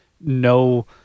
no